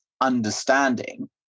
understanding